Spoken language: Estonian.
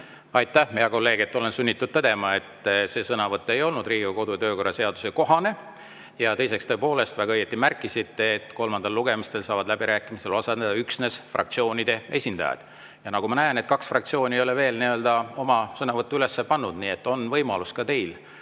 Aitäh, hea kolleeg! Olen sunnitud tõdema, et see sõnavõtt ei olnud Riigikogu kodu- ja töökorra seaduse kohane. Ja teiseks, tõepoolest, väga õigesti märkisite, et kolmandal lugemisel saavad läbirääkimistel osaleda üksnes fraktsioonide esindajad. Ma näen, et kaks fraktsiooni ei ole veel oma sõnavõttu üles pannud, nii et on võimalus ka teil.